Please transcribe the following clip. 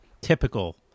typical